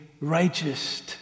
righteous